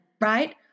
right